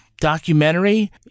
documentary